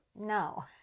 No